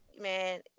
man